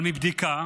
אבל בבדיקה